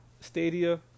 Stadia